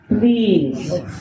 Please